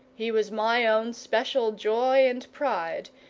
he was my own special joy and pride,